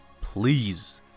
please